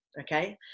okay